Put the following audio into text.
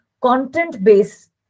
content-based